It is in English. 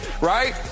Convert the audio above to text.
right